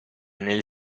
nel